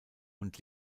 und